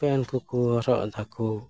PAN ᱠᱚᱠᱚ ᱦᱚᱨᱚᱜ ᱫᱟᱠᱚ